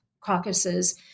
caucuses